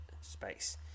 space